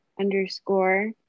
underscore